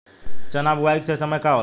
चना बुआई के सही समय का होला?